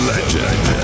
Legend